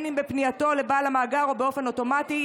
אם בפנייתו לבעל המאגר ואם באופן אוטומטי,